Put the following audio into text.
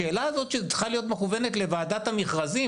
השאלה הזאת שצריכה להיות מכוונת לוועדת המכרזים.